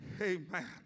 Amen